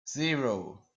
zero